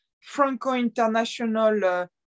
Franco-international